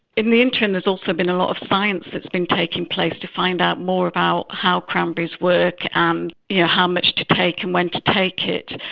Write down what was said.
in the interim there's also been a lot of science that's been taking place to find out more about how cranberries work and yeah how much to take and when to take it.